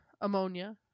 ammonia